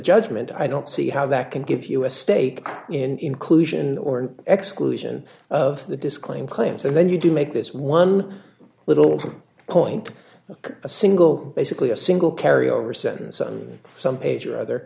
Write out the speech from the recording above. judgment i don't see how that can give you a stake in clue sion or an exclusion of the disclaim claim so when you do make this one little point look a single basically a single carry over sentence on some page or other